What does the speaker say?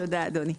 תודה אדוני.